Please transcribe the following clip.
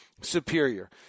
superior